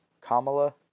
Kamala